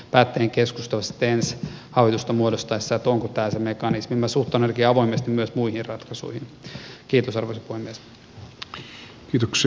mutta siitä pitää puolueiden ja päättäjien yhdessä keskustella sitten ensi hallitusta muodostettaessa onko tämä se mekanismi